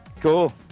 cool